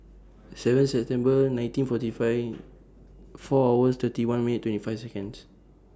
seven September nineteen forty five four hours thirty one minutes twenty five Seconds